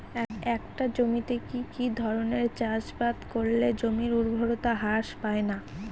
একটা জমিতে কি কি ধরনের চাষাবাদ করলে জমির উর্বরতা হ্রাস পায়না?